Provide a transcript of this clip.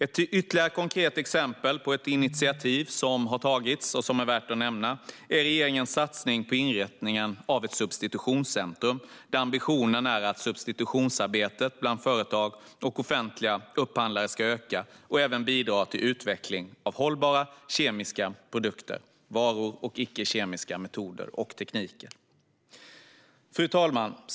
Ett ytterligare konkret exempel på initiativ som har tagits och som är värt att nämna är regeringens satsning på inrättandet av ett substitutionscentrum. Ambitionen är att substitutionsarbetet bland företag och offentliga upphandlare ska öka. Man ska även bidra till utveckling av hållbara kemiska produkter, varor och icke-kemiska metoder och tekniker. Fru talman!